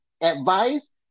advice